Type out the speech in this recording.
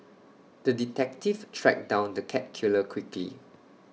the detective tracked down the cat killer quickly